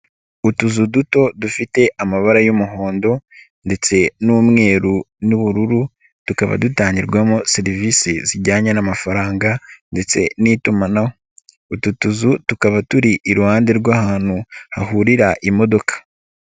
Utuzu duto dufite amabara y'umuhondo ndetse n'umweru n'ubururu, tukaba dutangirwamo serivisi zijyanye n'amafaranga ndetse n'itumanaho, utu tuzu tukaba turi iruhande rw'ahantu hahurira imodoka.